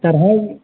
चढ़ाउ